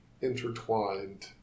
intertwined